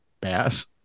bass